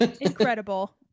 incredible